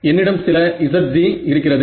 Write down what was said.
என்னிடம் சில Zg இருக்கிறது